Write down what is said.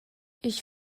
ich